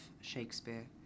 Shakespeare